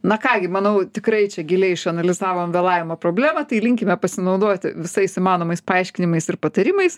na ką gi manau tikrai čia giliai išanalizavom vėlavimo problemą tai linkime pasinaudoti visais įmanomais paaiškinimais ir patarimais